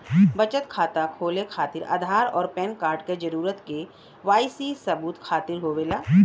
बचत खाता खोले खातिर आधार और पैनकार्ड क जरूरत के वाइ सी सबूत खातिर होवेला